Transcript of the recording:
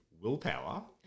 willpower